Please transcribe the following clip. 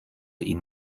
ihn